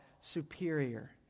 superior